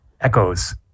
Echoes